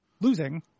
losing